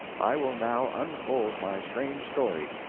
i will now unfold my strange story.